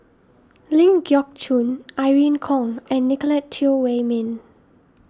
Ling Geok Choon Irene Khong and Nicolette Teo Wei Min